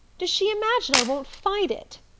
does she imagine i won't fight it?